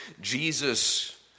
Jesus